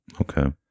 Okay